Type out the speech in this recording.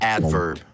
Adverb